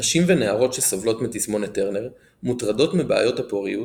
נשים ונערות שסובלות מתסמונת טרנר מוטרדות מבעיות הפוריות,